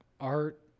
art